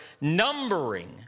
numbering